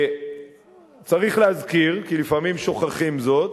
צריך להזכיר, כי לפעמים שוכחים זאת,